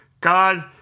God